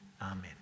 Amen